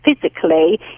physically